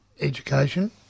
Education